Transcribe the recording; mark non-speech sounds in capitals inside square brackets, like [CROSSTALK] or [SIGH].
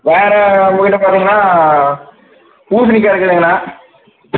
வேறு [UNINTELLIGIBLE] பார்த்தீங்கன்னா பூசணிக்காய் இருக்குதுங்கண்ணா